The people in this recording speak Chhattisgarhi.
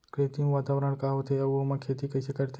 कृत्रिम वातावरण का होथे, अऊ ओमा खेती कइसे करथे?